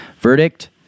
Verdict